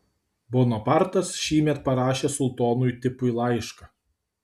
bonapartas šįmet parašė sultonui tipui laišką